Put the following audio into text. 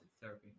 therapy